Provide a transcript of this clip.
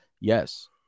yes